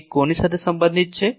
તે કોની સાથે સંબંધિત છે